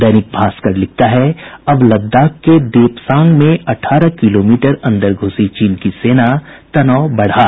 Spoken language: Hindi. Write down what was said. दैनिक भास्कर लिखता है अब लद्दाख के देपसांग में अठारह किलोमीटर अन्दर घूसी चीन की सेना तनाव बढ़ा